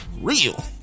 real